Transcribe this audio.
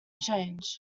change